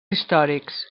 històrics